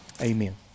Amen